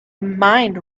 mind